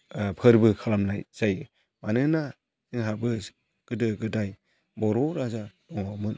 फोरबो खालामनाय जायो मानोना जोंहाबो गोदो गोदाय बर' राजा दङमोन